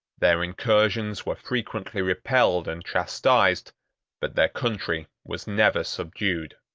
their incursions were frequently repelled and chastised but their country was never subdued.